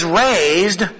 raised